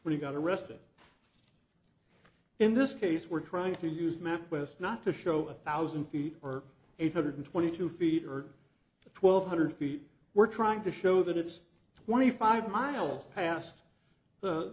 when he got arrested in this case we're trying to use mapquest not to show a thousand feet or eight hundred twenty two feet or twelve hundred feet we're trying to show that it's twenty five miles past